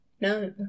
no